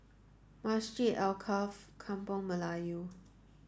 Masjid Alkaff Kampung Melayu